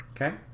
okay